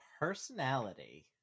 personality